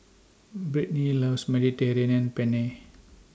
Brittnee loves Mediterranean and Penne